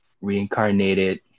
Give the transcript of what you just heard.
reincarnated